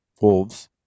wolves